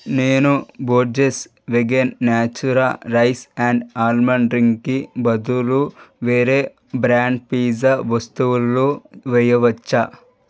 నేను Borges vegan natura rice and almond డ్రింక్కి బదులు వేరే బ్రాండ్ పిజ్జా వస్తువులో వేయవచ్చా